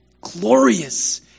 glorious